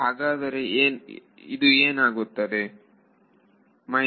ಹಾಗಾದರೆ ಇದು ಏನಾಗುತ್ತೆ